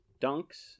dunks